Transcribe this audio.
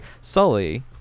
Sully